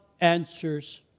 answers